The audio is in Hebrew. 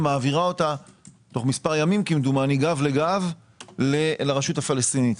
ומעבירה אותה תוך מספר ימים כמדומני גב לגב לרשות הפלסטינית.